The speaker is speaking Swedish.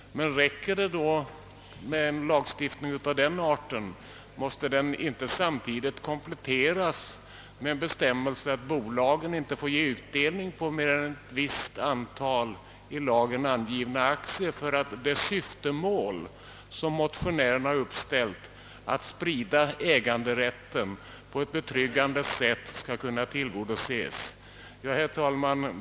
Men räcker det då med en lagstiftning av denna art? Måste den inte samtidigt kompletteras med en bestämmelse om att bolagen inte får ge utdelning på mer än ett visst antal i lagen angivna aktier för att det syftemål som motionärerna uppställt — spridning av äganderätten på ett betryggande sätt — skall kunna tillgodoses? Herr talman!